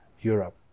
Europe